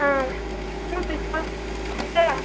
आं तु दिसलो भितर येया